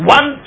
One